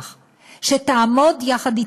אני רוצה להודות במיוחד,